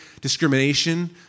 discrimination